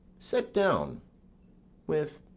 set down with